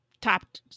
Top